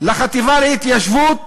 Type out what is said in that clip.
לחטיבה להתיישבות